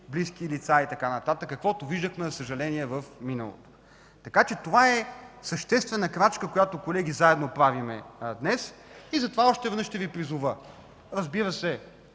близки лица и така нататък, каквото виждахме за съжаление в миналото. Така че това е съществена крачка, която, колеги, заедно правим днес. Затова още веднъж ще Ви призова: разбира се,